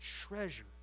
treasure